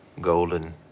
golden